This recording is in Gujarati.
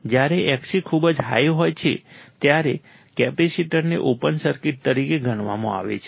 જ્યારે Xc ખૂબ હાઈ હોય છે ત્યારે કેપેસિટરને ઓપન સર્કિટ તરીકે ગણવામાં આવે છે